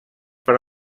per